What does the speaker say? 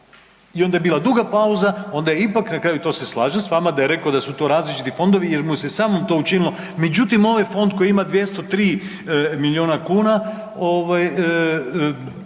I onda je bila duga pauza, onda je ipak, na kraju i to se slažem s vama, da je rekao da su to različiti fondovi jer mu se samom to učinilo međutim ovaj fond koji ima 203 milijuna kuna